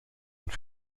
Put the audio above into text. und